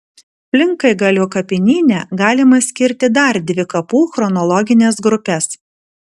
plinkaigalio kapinyne galima skirti dar dvi kapų chronologines grupes